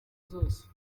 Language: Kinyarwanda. zose